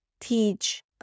teach